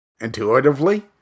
intuitively